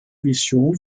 vision